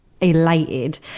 elated